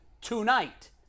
tonight